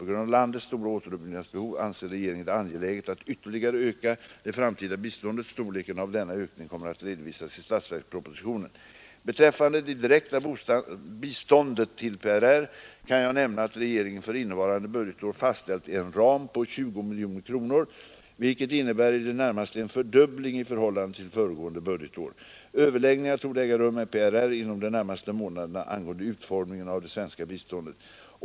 På grund av landets stora återuppbyggnadsbehov anser regeringen det angeläget att ytterligare öka det framtida biståndet. Storleken av denna ökning kommer att redovisas i statsverkspropositionen. Beträffande det direkta biståndet till PRR kan jag nämna att regeringen för innevarande budgetår fastställt en ram på 20 miljoner kronor, vilket innebär i det närmaste en fördubbling i förhållande till föregående budgetår. Överläggningar torde äga rum med PRR inom de närmaste månaderna angående utformningen av det svenska biståndet.